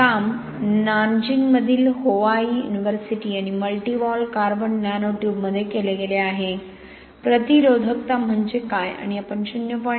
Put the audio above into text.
हे काम नानजिंगमधील होहाई युनिव्हर्सिटी आणि मल्टीवॉल कार्बन नॅनो ट्यूबमध्ये केले गेले आहे प्रतिरोधकता म्हणजे काय आणि आपण 0